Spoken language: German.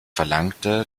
verlangte